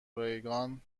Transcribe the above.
ریگان